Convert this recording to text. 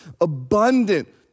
abundant